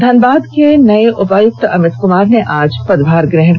धनबाद के नये उपायुक्त अमित कुमार ने आज पदभार ग्रहण किया